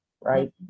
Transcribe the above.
right